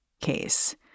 case